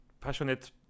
passionate